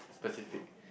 specific